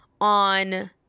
on